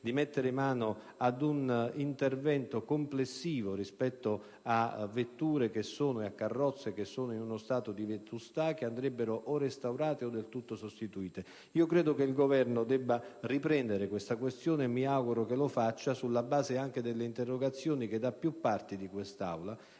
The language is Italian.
di mettere mano ad un intervento complessivo rispetto a vetture e a carrozze che sono in uno stato di vetustà e che andrebbero restaurate o del tutto sostituite. Io credo che il Governo debba riprendere questa questione e mi auguro che lo faccia sulla base delle interrogazioni che, da più parti di questa Aula